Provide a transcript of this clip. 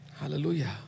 Hallelujah